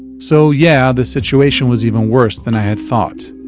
so yeah, the situation was even worse than i had thought.